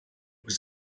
was